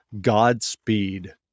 Godspeed